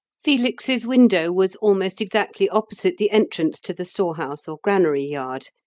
felix's window was almost exactly opposite the entrance to the storehouse or granary yard,